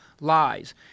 lies